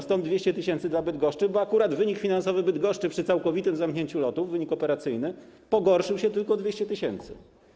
Stąd 200 tys. dla Bydgoszczy, bo akurat wynik finansowy Bydgoszczy przy całkowitym zamknięciu lotów, wynik operacyjny, pogorszył się tylko o 200 tys.